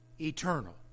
eternal